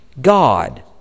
God